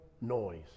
noise